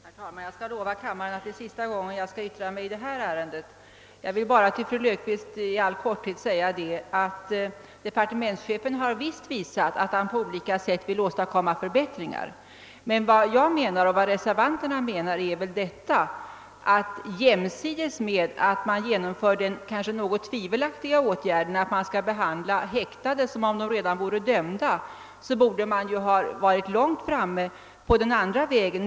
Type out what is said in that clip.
Herr talman! Jag lovar kammaren att det är sista gången jag yttrar mig i det här ärendet. I all korthet vill jag bara säga till fru Löfqvist att departementschefen visst har visat att han på olika sätt vill åstadkomma förbättringar. Vad jag och reservanterna menar är att jämsides med att man genomför den kanske något tvivelaktiga åtgärden att behandla häktade som om de redan vore dömda borde man ha varit långt framme på den andra vägen.